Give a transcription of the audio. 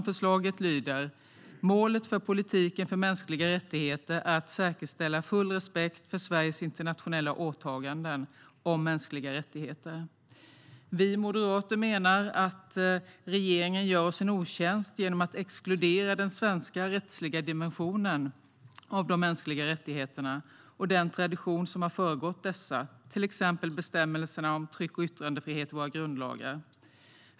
Förslaget lyder: "Målet för politiken för mänskliga rättigheter ska vara att säkerställa full respekt för Sveriges internationella åtaganden om mänskliga rättigheter." Vi moderater menar att regeringen gör oss en otjänst genom att exkludera den svenska rättsliga dimensionen av de mänskliga rättigheterna och den tradition som har föregått dessa, till exempel bestämmelserna om tryck och yttrandefrihet i våra grundlagar.